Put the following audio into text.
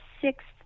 sixth